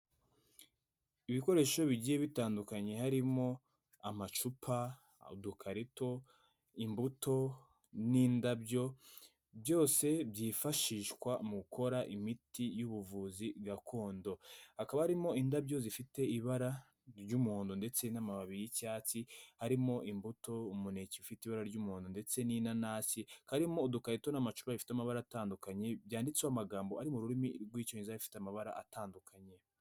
Ikoresho bigiye bitandukanye harimo amacupa, udukarito imbuto n'indabyo byose byifashishwa mu gukora imiti y'ubuvuzi gakondo. Hakaba harimo indabyo zifite ibara ry'umuhondo ndetse n'amababi y'icyatsi, harimo imbuto, umuneke, ufite ibara ry'umuhondo ndetse n'inanasi, hakaba harimo udukarito n'amacupaf afite amabara atandukanye byanditseho amagambo ari mu rurimi rw'icyongereza bifite amabara atandukanye.